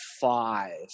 five